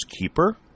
keeper